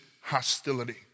hostility